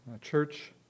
church